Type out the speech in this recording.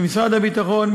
במשרד הביטחון,